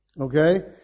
Okay